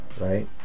right